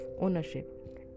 ownership